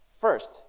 First